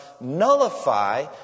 nullify